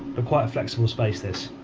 quite a flexible space this,